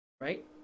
right